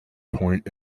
point